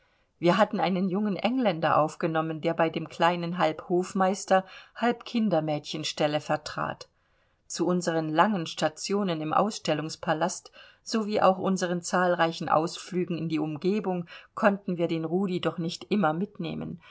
wir hatten einen jungen engländer aufgenommen der bei dem kleinen halb hofmeister halb kindermädchenstelle vertrat zu unseren langen stationen im ausstellungspalast sowie auch unseren zahlreichen ausflügen in die umgebung konnten wir den rudi doch nicht immer mitnehmen